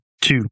Two